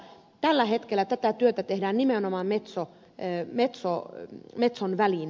tällä hetkellä tätä työtä tehdään nimenomaan metson välinein